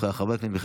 אינו נוכח,